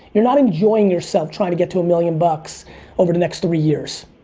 you're not enjoying yourself trying to get to a million bucks over the next three years.